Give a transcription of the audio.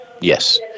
Yes